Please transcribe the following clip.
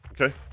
Okay